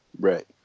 right